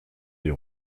des